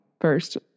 first